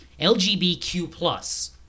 LGBTQ+